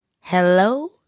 Hello